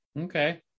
Okay